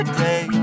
day